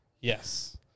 Yes